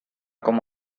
com